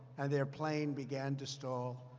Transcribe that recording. and their plane began to stall.